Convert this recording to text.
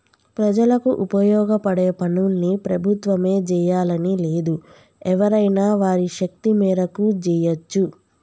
ప్రజలకు ఉపయోగపడే పనుల్ని ప్రభుత్వమే జెయ్యాలని లేదు ఎవరైనా వారి శక్తి మేరకు జెయ్యచ్చు